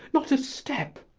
not a step!